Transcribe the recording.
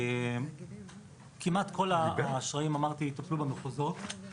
כמעט כל האשראים יטופלו במחוזות.